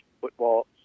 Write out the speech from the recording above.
football